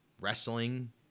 wrestling